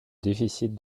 déficit